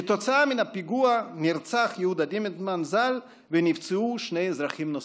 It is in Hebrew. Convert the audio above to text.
כתוצאה מהפיגוע נרצח יהודה דימנטמן ז"ל ונפצעו שני אזרחים נוספים.